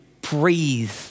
breathe